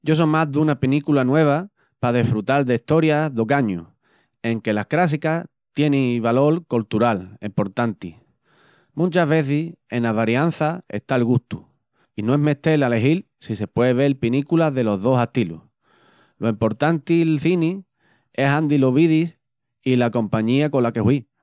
Yo so más duna pinícula nueva para desfrutal d'estórias d'ogañu, enque las crássicas tieni valol coltural emportanti. Munchas vezis ena variança está'l gustu i no es mestel alegil si se pué vel pinículas delos dos astilus. Lo emportanti'l cini es andi lo vidi i la compaña cola que hui.